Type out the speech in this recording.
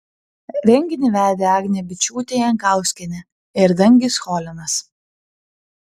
renginį vedė agnė byčiūtė jankauskienė ir dangis cholinas